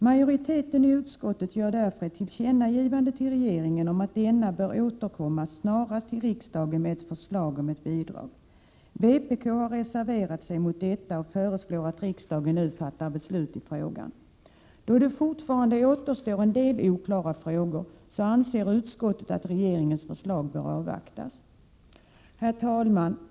Majoriteten i utskottet vill därför att riksdagen skall göra ett tillkännagivande till regeringen om att denna snarast bör återkomma till riksdagen med förslag om ett bidrag. Vpk har reserverat sig mot detta och föreslår att riksdagen nu fattar beslut i frågan. Då det fortfarande återstår en del oklara frågor anser utskottet att regeringens förslag bör avvaktas. Herr talman!